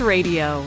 Radio